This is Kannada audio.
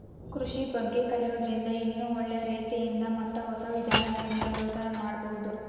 ಕೃಷಿ ಬಗ್ಗೆ ಕಲಿಯೋದ್ರಿಂದ ಇನ್ನೂ ಒಳ್ಳೆ ರೇತಿಯಿಂದ ಮತ್ತ ಹೊಸ ವಿಧಾನಗಳಿಂದ ವ್ಯವಸಾಯ ಮಾಡ್ಬಹುದು